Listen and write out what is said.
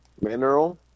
Mineral